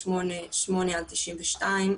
2888/92,